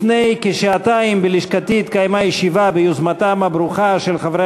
לפני כשעתיים התקיימה בלשכתי ישיבה ביוזמתם הברוכה של חברי